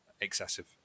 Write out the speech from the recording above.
excessive